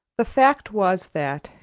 the fact was that,